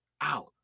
out